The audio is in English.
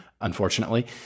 unfortunately